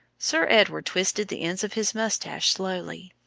sir edward twisted the ends of his moustache slowly.